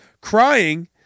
crying